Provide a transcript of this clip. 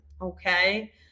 Okay